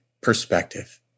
Perspective